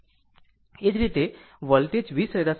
એ જ રીતે voltage V સરેરાશ માટે